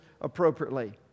appropriately